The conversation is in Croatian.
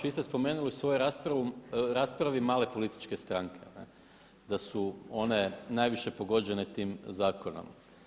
Vi ste spomenuli u svojoj raspravi male političke stranke da su one najviše pogođene tim zakonom.